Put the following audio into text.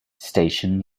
station